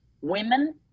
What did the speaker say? women